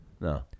No